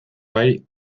bai